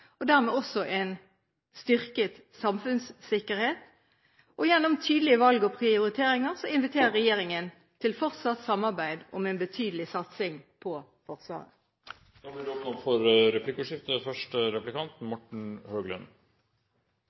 dermed også styrket samfunnssikkerhet. Gjennom tydelige valg og prioriteringer inviterer regjeringen til fortsatt samarbeid om en betydelig satsing på Forsvaret. Det blir